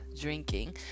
drinking